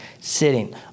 sitting